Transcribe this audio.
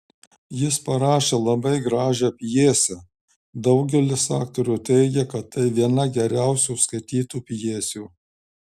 jis parašė labai gražią pjesę daugelis aktorių teigia kad tai viena geriausių skaitytų pjesių